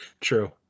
True